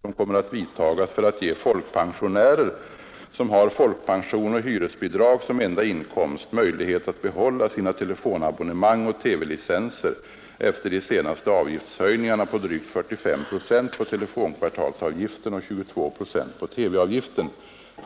fråga, nr 374, till herr socialministern, och anförde: &e folkpensionärer Herr talman! Herr Enskog har frågat chefen för socialdepartementet = ”"Öjlighet att behål-t vilka åtgärder som kommer att vidtagas för att ge folkpensionärer, som la telefon och TV har folkpension och hyresbidrag som enda inkomst, möjlighet att behålla = €/ter företagna avgiftshöjningar sina telefonabonnemang och TV-licenser efter de senaste avgiftshöjningarna på drygt 45 procent på telefonkvartalsavgiften och 22 procent på TV-avgiften.